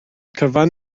cyfan